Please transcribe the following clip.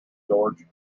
george